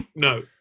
no